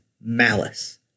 malice